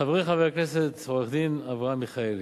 חברי חבר הכנסת עורך-דין אברהם מיכאלי,